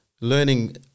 learning